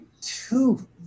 two